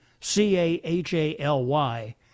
C-A-H-A-L-Y